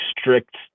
strict